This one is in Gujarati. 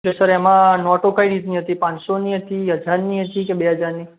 જો સર એમાં નોટો કઈ રીતની હતી પાંચસોની હતી હજારની હતી કે બે હજારની